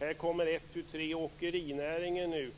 Här kommer ett, tu, tre åkerinäringen